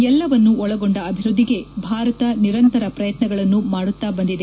ಎಲ್ಲರನ್ನೂ ಒಳಗೊಂಡ ಅಭಿವೃದ್ಧಿಗೆ ಭಾರತ ನಿರಂತರ ಪ್ರಯತ್ನಗಳನ್ನು ಮಾಡುತ್ತಾ ಬಂದಿದೆ